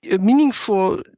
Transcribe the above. meaningful